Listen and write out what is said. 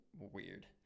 weird